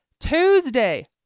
Tuesday